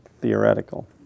theoretical